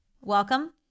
Welcome